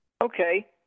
Okay